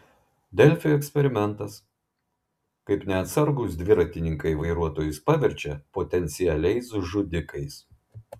delfi eksperimentas kaip neatsargūs dviratininkai vairuotojus paverčia potencialiais žudikais